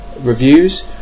reviews